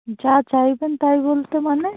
যা চাইবেন তাই বলতে মানে